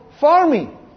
farming